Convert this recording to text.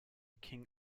king